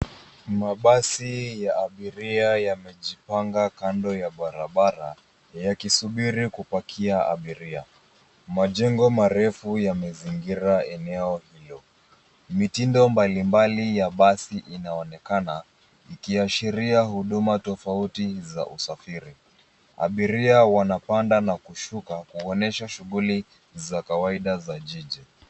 Mabasi ya abiria yamejipanga kando ya barabara, yakisubiri kupakia abiria. Majengo marefu yamezingira eneo hilo. Mitindo mbalimbali ya basi inaonekana ikiashiria huduma tofauti za usafiri. Abiria wanapanda na kushuka kuonyesha shughuli za kawaida za jiji.